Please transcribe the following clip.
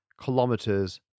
kilometers